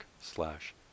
slash